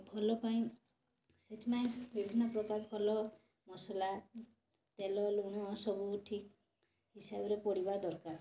ଭଲ ପାଇଁ ସେଥିପାଇଁ ବିଭିନ୍ନ ପ୍ରକାର ଭଲ ମସଲା ତେଲ ଲୁଣ ସବୁ ଠିକ୍ ହିସାବରେ ପଡ଼ିବା ଦରକାର